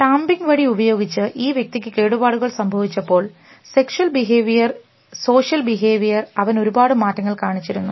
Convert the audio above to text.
tamping വടി ഉപയോഗിച്ച് ഈ വ്യക്തിക്ക് കേടുപാടുകൾ സംഭവിച്ചപ്പോൾ സെക്ഷ്വൽ ബിഹേവിയർ സോഷ്യൽ ബിഹേവിയർ അവൻ ഒരുപാട് മാറ്റങ്ങൾ കാണിച്ചിരുന്നു